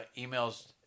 emails